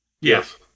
Yes